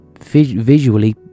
visually